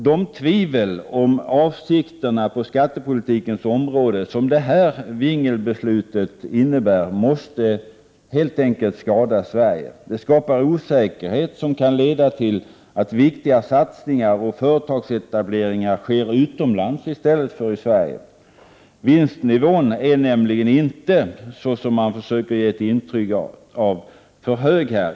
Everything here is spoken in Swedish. De tvivel om avsikterna på skattepolitikens område som detta vingelbeslut inger måste helt enkelt skada Sverige. Det skapar en osäkerhet som kan leda till att viktiga satsningar och företagsetableringar sker utomlands i stället för i Sverige. Vinstnivån är nämligen inte, vilket man försöker ge ett intryck av, för hög.